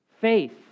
faith